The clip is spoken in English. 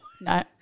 No